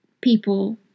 people